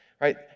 right